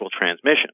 transmission